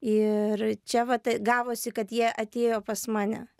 ir čia vat gavosi kad jie atėjo pas mane